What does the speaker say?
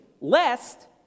lest